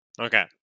Okay